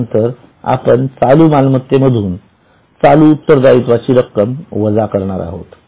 यानंतर आपण चालू मालमत्ते मधून चालू उत्तरदायित्वाची रक्कम वजा करणार आहोत